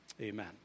Amen